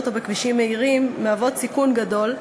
ובכבישים מהירים מהוות סיכון גדול,